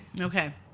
okay